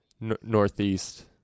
Northeast